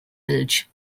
village